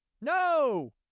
No